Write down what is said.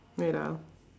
wait ah